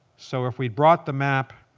so if we brought the map,